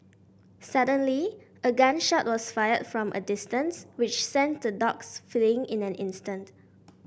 suddenly a gun shot was fired from a distance which sent the dogs fleeing in an instant